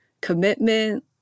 commitment